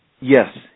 yes